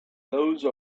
those